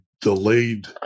delayed